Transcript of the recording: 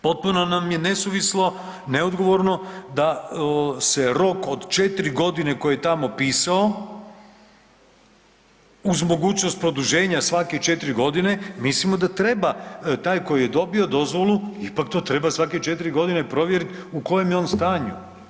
Potpuno nam je nesuvislo, neodgovorno da se rok od 4.g. koji je tamo pisao uz mogućnost produženja svakih 4.g., mislimo da treba taj koji je dobio dozvolu ipak to treba svake 4.g. provjerit u kojem je on stanju.